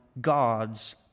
God's